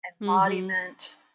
embodiment